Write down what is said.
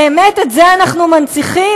באמת את זה אנחנו מנציחים?